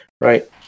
Right